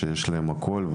שיש להם הכל,